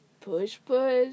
push-push